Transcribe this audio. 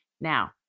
Now